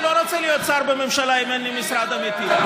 לא רוצה להיות שר בממשלה אם אין לי משרד אמיתי.